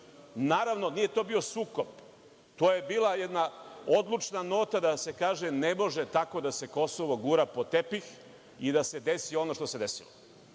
Naravno, nije to bio sukob, to je bila jedna odlučna nota da se kaže – ne može da se tako Kosovo gura pod tepih i da se desi ono što se desilo.